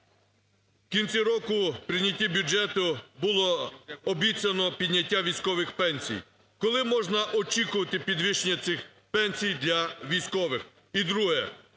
В кінці року при прийнятті бюджету було обіцяно підняття військових пенсій. Коли можна очікувати підвищення цих пенсій для військових?